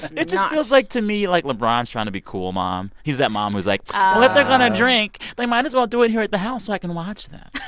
it just feels like to me like lebron's trying to be cool mom. he's that mom who's like, well, if they're going to drink, they might as well do it here at the house so i can watch them